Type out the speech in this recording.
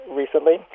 recently